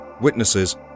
witnesses